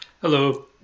Hello